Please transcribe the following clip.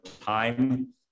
time